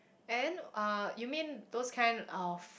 and then uh you mean those kind of